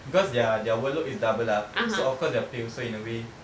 because their their workload is doubled ah so of course their pay also in a way